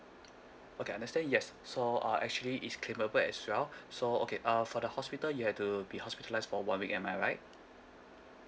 okay I understand yes so uh actually is claimable as well so okay uh for the hospital you had to be hospitalised for one week am I right